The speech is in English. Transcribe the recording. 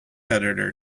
editor